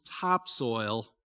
topsoil